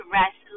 rest